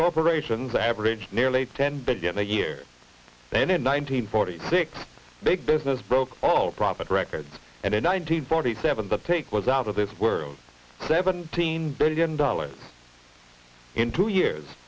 corporations average nearly ten billion a year then in nineteen forty six big business broke all profit records and a nine hundred forty seven the take was out of this were seventeen billion dollars in two years